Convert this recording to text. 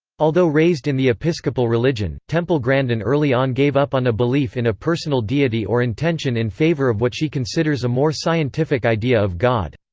although raised in the episcopal religion, temple grandin early on gave up on a belief in a personal deity or intention in favor of what she considers a more scientific idea of god.